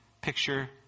picture